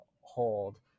hold